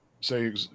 say